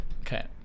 Okay